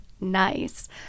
nice